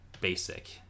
basic